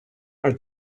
are